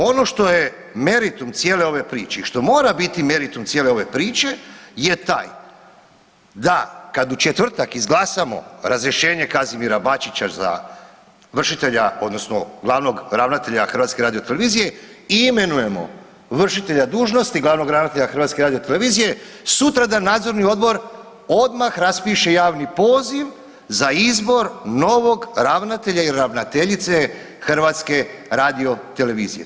Ono što je meritum cijele ove priče i što mora biti meritum cijele ove priče je taj da kad u četvrtak izglasamo razrješenje Kazimira Bačića za vršitelja odnosno glavnog ravnatelja HRT-a i imenujemo vršitelja dužnosti glavnog ravnatelja HRT-a sutradan nadzorni odbor odmah raspiše javni poziv za izbor novog ravnatelja ili ravnateljice HRT-a.